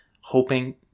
hoping